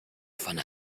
von